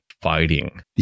fighting